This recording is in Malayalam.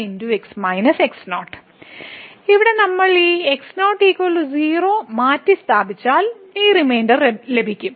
ഇവിടെ നമ്മൾ ഈ x0 0 മാറ്റിസ്ഥാപിച്ചാൽ ഈ റിമൈൻഡർ ലഭിക്കും